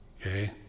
okay